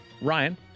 Ryan